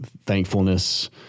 thankfulness